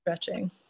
stretching